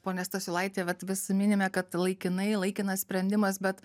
pone stasiulaiti vat vis minime kad laikinai laikinas sprendimas bet